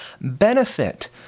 benefit